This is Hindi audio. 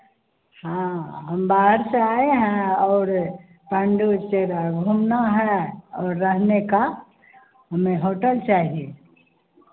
हाँ हम बाहर से आए हैं और पांडुचेरा घूमना है और रहने का हमें होटल चाहिए